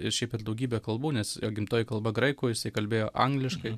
ir šiaip ir daugybę kalbų nes jo gimtoji kalba graikų jisai kalbėjo angliškai